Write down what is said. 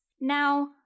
Now